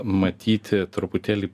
matyti truputėlį